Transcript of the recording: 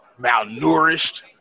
malnourished